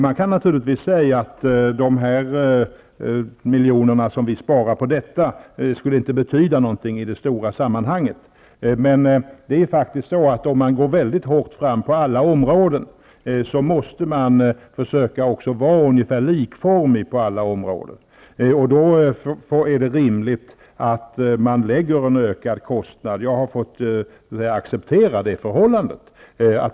Man kan naturligtvis säga att de miljoner vi sparar på detta inte skulle betyda någonting i det stora sammanhanget. Men om man går hårt fram på alla områden, måste man försöka få det ungefär likformigt. Då är det rimligt att man lägger en ökad kostnad också på den som utnyttjar djursjukvården.